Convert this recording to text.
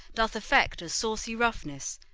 doth affect a saucy roughness,